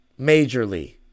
majorly